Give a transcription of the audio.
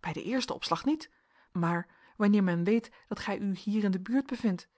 bij den eersten opslag niet maar wanneer men weet dat gij u hier in de buurt bevindt